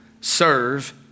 serve